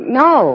no